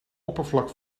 oppervlak